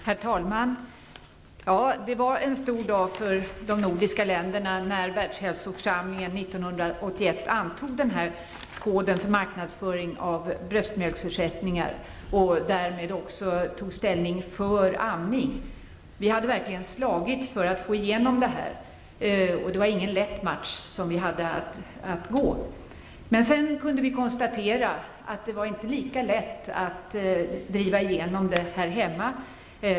Herr talman! Ja, det var en stor dag för de nordiska länderna när Världshälsoförsamlingen 1981 antog den aktuella koden för marknadsföring av bröstmjölksersättningar och därmed tog ställning för amning. Vi hade verkligen slagits för att få igenom det här och det var ingen lätt match vi hade. Men sedan konstaterade vi att det inte var lika lätt att driva igenom det hela här hemma.